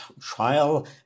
trial